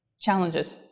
Challenges